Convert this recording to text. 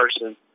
person